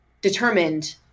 determined